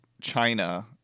China